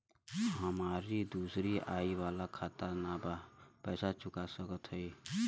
हमारी दूसरी आई वाला खाता ना बा पैसा चुका सकत हई?